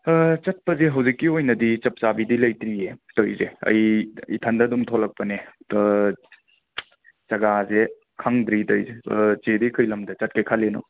ꯆꯠꯄꯁꯦ ꯍꯧꯖꯤꯛꯀꯤ ꯑꯣꯏꯅꯗꯤ ꯆꯞ ꯆꯥꯕꯤꯗꯤ ꯂꯩꯇ꯭ꯔꯤꯌꯦ ꯇꯧꯔꯤꯁꯦ ꯑꯩ ꯏꯊꯟꯗ ꯑꯗꯨꯝ ꯊꯣꯛꯂꯛꯄꯅꯦ ꯖꯒꯥꯁꯦ ꯈꯪꯗ꯭ꯔꯤ ꯇꯧꯔꯤꯁꯦ ꯆꯦꯗꯤ ꯀꯩ ꯂꯝꯗ ꯆꯠꯀꯦ ꯈꯜꯂꯤꯅꯣ